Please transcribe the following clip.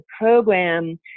program